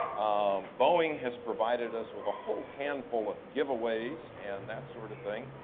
boeing has provided us with a whole handful of giveaways, and that's sort of thing.